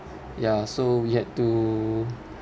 ya so we have to